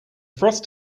frost